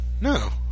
No